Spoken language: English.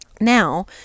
Now